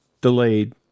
delayed